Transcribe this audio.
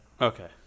Okay